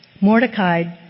Mordecai